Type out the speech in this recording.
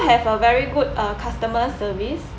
have a very good uh customer service